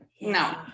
no